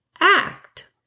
act